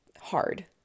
hard